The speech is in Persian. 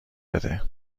بده